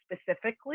specifically